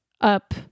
up